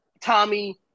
Tommy